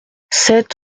sept